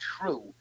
true